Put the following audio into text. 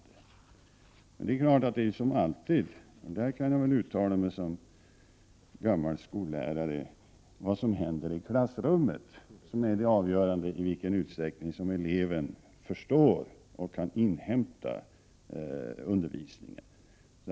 Det är klart att det som alltid — och där kan jag väl uttala mig i egenskap av gammal skollärare — är vad som händer i klassrummet som är det avgörande för i vilken utsträckning som eleven förstår och kan tillgodogöra sig undervisningen.